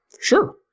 Sure